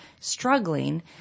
struggling